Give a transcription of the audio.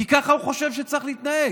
כי הוא חושב שככה צריך להתנהג.